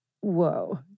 Whoa